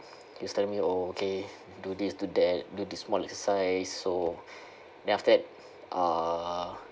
he was telling me !oh! okay do this do that do this morning exercise so then after that uh